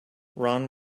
ron